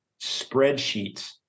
spreadsheets